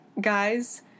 guys